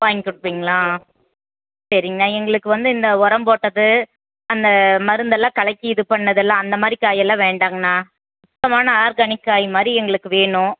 வாங்கி கொடுப்பீங்களா சரிங்கண்ணா எங்களுக்கு வந்து இந்த உரம் போட்டது அந்த மருந்தெல்லாம் கலக்கி இது பண்ணது எல்லாம் அந்த மாதிரி காய் எல்லாம் வேண்டாங்க அண்ணா சுத்தமான ஆர்கானிக் காய் மாதிரி எங்களுக்கு வேணும்